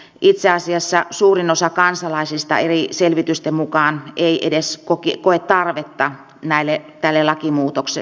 itse asiassa suurin osa kansalaisista eri selvitysten mukaan ei edes koe tarvetta tälle lakimuutokselle